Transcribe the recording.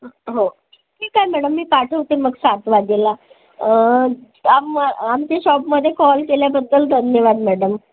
हो ठीक आहे मॅडम मी पाठवते मग सात वाजेला आम्म आमच्या शॉपमध्ये कॉल केल्याबद्दल धन्यवाद मॅडम